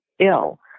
ill